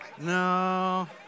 No